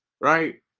right